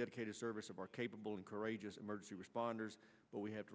dedicated service of our capable and courageous emergency responders but we have